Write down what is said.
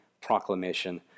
proclamation